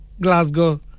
Glasgow